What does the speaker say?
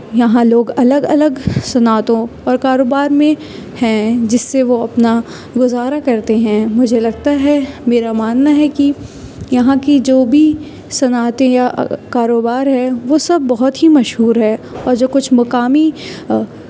یہاں لوگ الگ الگ صنعتوں اور کاروبار میں ہیں جس سے وہ اپنا گزارا کرتے ہیں مجھے لگتا ہے میرا ماننا ہے کہ یہاں کی جو بھی صنعتیں یا کاروبار ہے وہ سب بہت ہی مشہور ہے اور جو کچھ مقامی